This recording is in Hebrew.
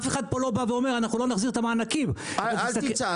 אף אחד פה לא בא ואומר שלא נחזיר את המענקים -- אל תצעק,